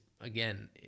again